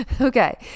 Okay